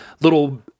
little